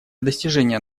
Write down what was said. достижения